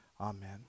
Amen